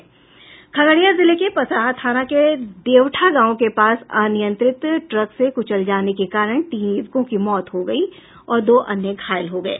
खगड़िया जिले के पसराहा थाना के देवठा गांव के पास अनियंत्रित ट्रक से कुचल जाने के कारण तीन युवकों की मौत हो गयी और दो अन्य घायल हो गये